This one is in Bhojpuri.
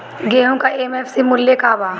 गेहू का एम.एफ.सी मूल्य का बा?